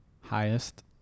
highest